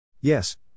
Yes